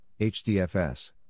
HDFS